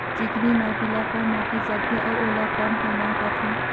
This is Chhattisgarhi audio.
चिकनी माटी ला कौन माटी सकथे अउ ओला कौन का नाव काथे?